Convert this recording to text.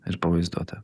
ir pavaizduota